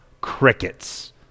Crickets